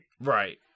Right